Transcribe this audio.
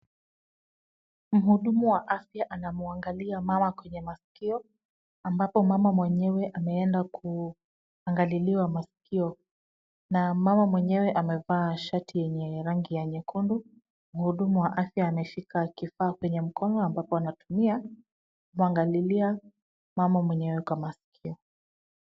Mhudumu wa afya anamwangalia mama kwenye masikio ambapo mama mwenyewe ameenda kuangaliliwa masikio na mama mwenyewe amevaa shati yenye rangi ya nyekundu. Mhudumu wa afya ameshika kifaa kwenye mkono ambapo anatumia kumwangalilia mama mwenyewe kwa masikio.